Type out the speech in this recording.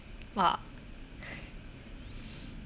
!wah!